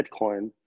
bitcoin